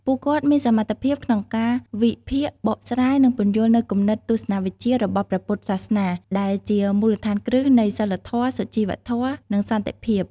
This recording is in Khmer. ពួកគាត់មានសមត្ថភាពក្នុងការវិភាគ បកស្រាយ និងពន្យល់នូវគំនិតទស្សនវិជ្ជារបស់ព្រះពុទ្ធសាសនា ដែលជាមូលដ្ឋានគ្រឹះនៃសីលធម៌ សុជីវធម៌ និងសន្តិភាព។